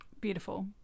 Beautiful